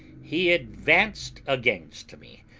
he advanced against me.